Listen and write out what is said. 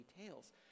details